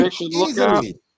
Easily